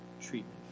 treatment